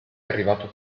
arrivato